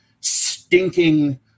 stinking